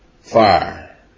fire